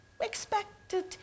expected